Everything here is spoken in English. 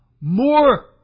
more